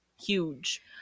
Huge